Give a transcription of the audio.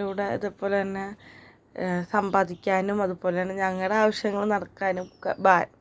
ലൂടെ ഇത് പോലെ തന്നെ സമ്പാദിക്കാനും അതുപോലെ തന്നെ ഞങ്ങളുടെ ആവശ്യങ്ങൾ നടക്കാനും